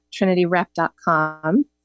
TrinityRep.com